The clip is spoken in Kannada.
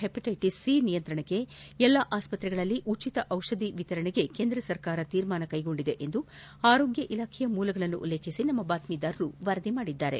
ಹೆಪಟೈಟೀಸ್ ಬಿ ಮತ್ತು ಸಿ ನಿಯಂತ್ರಣಕ್ಕೆ ಎಲ್ಲಾ ಆಸ್ಪತ್ರೆಗಳಲ್ಲಿ ಉಚಿತವಾಗಿ ಔಷಧಿಯನ್ನು ವಿತರಿಸಲು ಕೇಂದ್ರ ಸರ್ಕಾರ ತೀರ್ಮಾನ ಕೈಗೊಂಡಿದೆ ಎಂದು ಆರೋಗ್ಯ ಇಲಾಖೆಯ ಮೂಲಗಳನ್ನು ಉಲ್ಲೇಖಿಸಿ ನಮ್ಮ ಬಾತ್ಮೀದಾರರು ವರದಿ ಮಾಡಿದ್ದಾರೆ